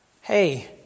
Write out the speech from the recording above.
Hey